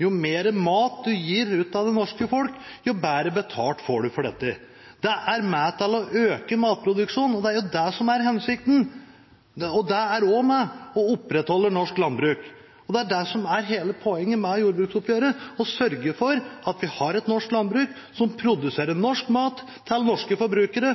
Jo mer mat man gir ut til det norske folk, jo bedre betalt får man for dette. Det er med på å øke matproduksjonen, og det er jo det som er hensikten. Det er også med på å opprettholde norsk landbruk. Det er det som er hele poenget med jordbruksoppgjøret – å sørge for at vi har et norsk landbruk som produserer norsk mat til norske forbrukere.